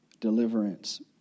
Deliverance